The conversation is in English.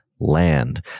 land